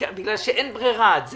כי אין ברירה.